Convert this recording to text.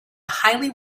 highly